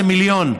זה מיליון.